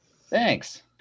thanks